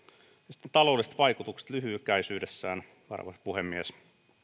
sitten taloudelliset vaikutukset lyhykäisyydessään arvoisa puhemies